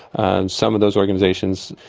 and some of those organisations,